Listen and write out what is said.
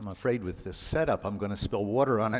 i'm afraid with this set up i'm going to spill water on